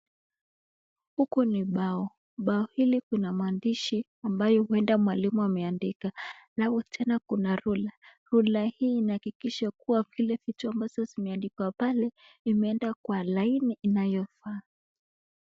Huku ni bao. Bao hili kuna mandishi ambayo huenda mwalimu ameandika alafu tena kuna rula. Rula hii inahakikisha kuwa kile vitu zimeandikwa pale imeenda kwa laini inayofaa.